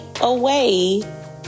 away